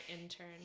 intern